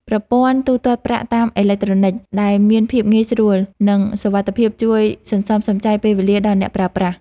ប្រព័ន្ធទូទាត់ប្រាក់តាមអេឡិចត្រូនិកដែលមានភាពងាយស្រួល និងសុវត្ថិភាពជួយសន្សំសំចៃពេលវេលាដល់អ្នកប្រើប្រាស់។